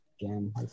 again